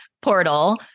Portal